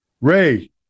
Ray